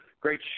Great